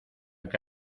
que